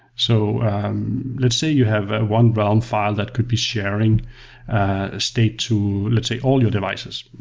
so let's say you have ah one realm file that could be sharing state to, let's say, all your devices.